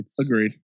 Agreed